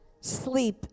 Sleep